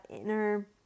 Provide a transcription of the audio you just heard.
inner